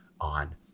on